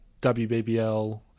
WBBL